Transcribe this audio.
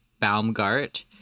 Baumgart